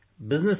business